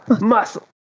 muscle